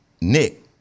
Nick